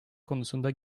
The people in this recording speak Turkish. konusunda